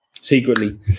secretly